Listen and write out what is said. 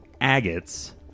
agates